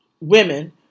women